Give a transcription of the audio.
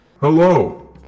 Hello